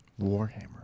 Warhammer